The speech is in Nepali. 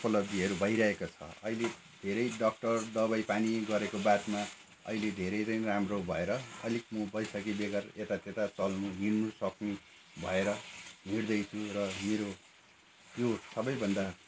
उपलब्धिहरू भइरहेको छ अहिले धेरै डक्टर दबाईपानी गरेको बादमा अहिले धेरै नै राम्रो भएर अलिक म बैसाखी बेगर यतात्यता चल्नु हिँड्नसक्ने भएर हिँड्दैछु र मेरो यो सबैभन्दा